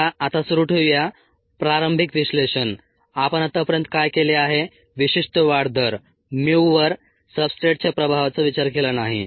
चला आता सुरू ठेवूया प्रारंभिक विश्लेषण आपण आतापर्यंत काय केले आहे विशिष्ट वाढ दर mu वर सब्सट्रेटच्या प्रभावाचा विचार केला नाही